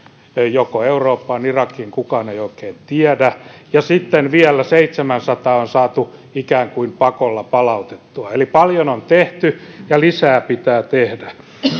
joko eurooppaan tai irakiin kukaan ei oikein tiedä ja sitten vielä seitsemänsataa on saatu ikään kuin pakolla palautettua eli paljon on tehty ja lisää pitää tehdä